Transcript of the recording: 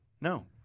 No